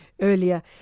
earlier